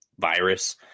virus